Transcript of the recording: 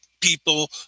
people